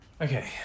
Okay